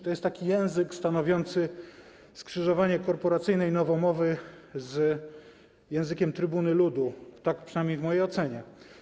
To jest język stanowiący skrzyżowanie korporacyjnej nowomowy z językiem „Trybuny Ludu”, przynajmniej w mojej ocenie.